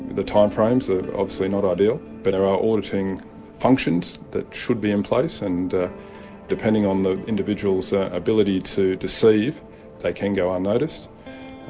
the time frame is so obviously not ideal. but there are auditing functions that should be in place and depending on the individual's ah ability to deceive they can go unnoticed,